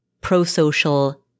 pro-social